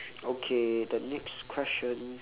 okay the next question